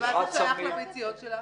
ומה זה שייך לביציות שלה?